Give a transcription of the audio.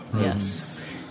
yes